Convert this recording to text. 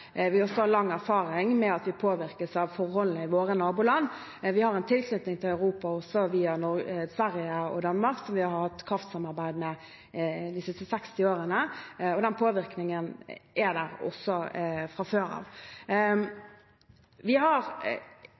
vi også har lang erfaring med at vi påvirkes av forholdene i våre naboland. Vi har en tilknytning til Europa også via Sverige og Danmark, som vi har hatt kraftsamarbeid med de siste 60 årene, så den påvirkningen er der også fra før av.